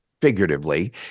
figuratively